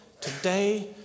today